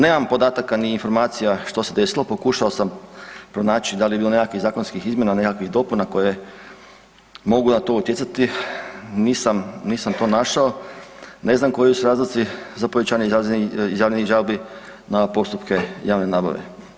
Nemam podataka ni informacija što se desilo, pokušao sam pronaći da li je bilo nekakvih zakonskih izmjena nekakvih dopuna koje mogu na to utjecati, nisam, nisam to našao ne znam koji su razlozi za povećanje izjavljenih žalbi na postupke javne nabave.